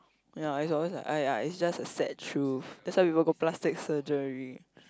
ya it's always like !aiya! is just a sad truth that's why people go plastic surgery